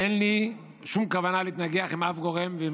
אין לי שום כוונה להתנגח עם אף גורם ועם